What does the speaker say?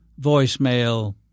voicemail